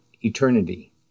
eternity